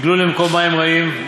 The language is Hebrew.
ותגלו למקום המים הרעים,